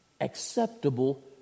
acceptable